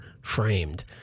framed